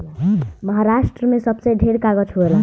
महारास्ट्र मे सबसे ढेर कागज़ होला